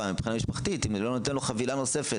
מבחינה משפחתית אם אני לא נותן לו חבילה נוספת,